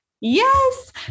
Yes